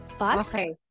Okay